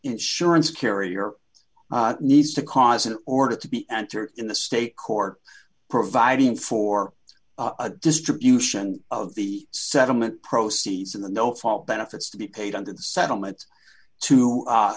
insurance carrier needs to cause an order to be entered in the state court providing for a distribution of the settlement proceeds of the no fault benefits to be paid under the settlement to